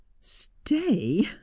Stay